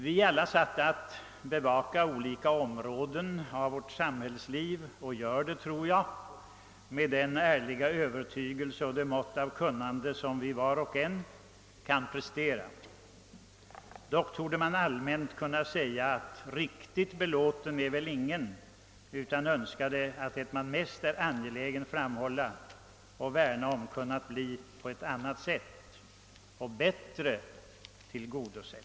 Vi är alla satta att bevaka olika områden av vårt samhällsliv — och gör det, tror jag, med den ärliga övertygelse och det mått av kunnande som var och en av oss kan prestera. Dock torde helt allmänt kunna sägas, att riktigt belåten är väl ingen, utan man skulle väl önska att vad man är mest angelägen om att framhålla och värna om kunnat bli på ett annat sätt och bättre tillgodosett.